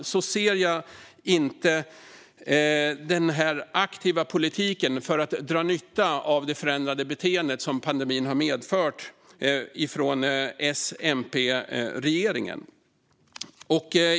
Dessvärre ser jag inte en aktiv politik från S-MP-regeringen för att dra nytta av det förändrade beteende som pandemin har medfört.